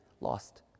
lost